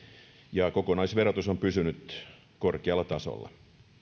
ja kokonaisverotus on pysynyt korkealla tasolla